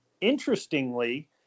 Interestingly